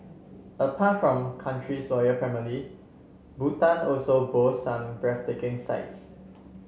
apart from country's royal family Bhutan also boasts some breathtaking sights